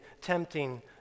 tempting